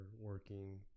working